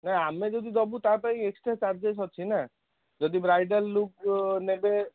ନା ଆମେ ଯଦି ଦେବୁ ତା ପାଇଁ ଏକ୍ସଟ୍ରା ଚାର୍ଜେସ୍ ଅଛି ନା ଯଦି ବ୍ରାଇଡ଼ାଲ୍ ଲୁକ୍ ନେବେ